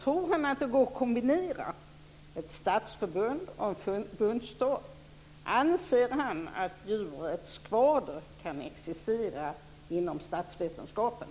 Tror han att det går att kombinera ett statsförbund och en förbundsstat? Anser han att djuret skvader kan existera inom statsvetenskapen?